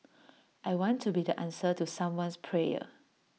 I want to be the answer to someone's prayer